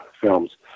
films